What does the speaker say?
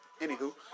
Anywho